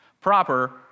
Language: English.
proper